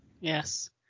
Yes